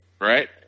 Right